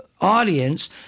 audience